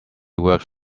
works